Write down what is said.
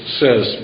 says